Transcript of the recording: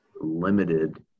limited